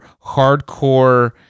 hardcore